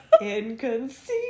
inconceivable